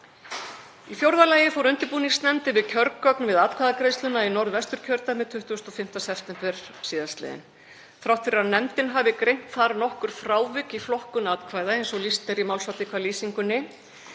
Í fjórða lagi fór undirbúningsnefndin yfir kjörgögn við atkvæðagreiðsluna í Norðvesturkjördæmi 25. september sl. Þrátt fyrir að nefndin hafi greint þar nokkur frávik í flokkun atkvæða, eins og lýst er í málsatvikalýsingunni,